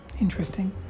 Interesting